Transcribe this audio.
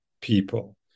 people